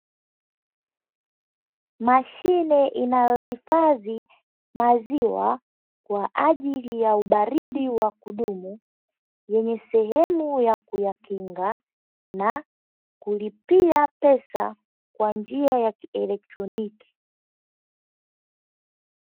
Mashine inayohifadhi maziwa kwa ajili ya ubaridi wa kudumu, yenye sehemu ya kuyakinga na kulipia pesa kwa njia ya kieletroniki.